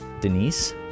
Denise